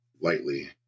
lightly